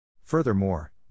Furthermore